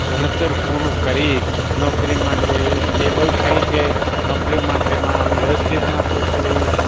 ભણતર પૂરું કરી નોકરી માટે સ્ટેબલ થાય છે નોકરી માટેમાં વ્યવસ્થિતમાં તો કે ભાઈ